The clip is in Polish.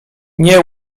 nie